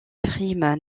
primes